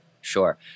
Sure